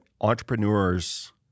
entrepreneurs